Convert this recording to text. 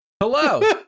Hello